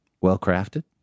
Well-crafted